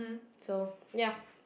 so ya